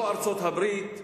לא ארצות-הברית,